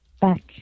back